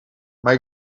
maar